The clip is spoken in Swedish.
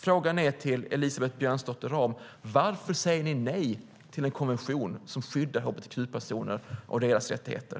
Frågan till Elisabeth Björnsdotter Rahm är: Varför säger ni nej till en konvention som skulle skydda hbtq-personer och deras rättigheter?